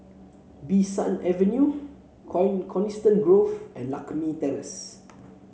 Bee San Avenue Coniston Grove and Lakme Terrace